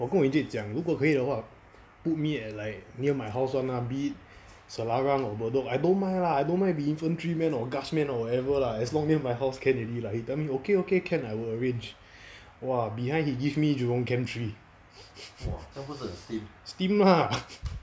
我跟我的 encik 讲如果可以的话 put me at like near my house [one] lah bit selarang or bedok I don't mind lah I don't mind be infantry man or guards man or whatever lah as long near my house can already lah he tell me okay okay can I will arrange !wah! behind he give me jurong camp three stim lah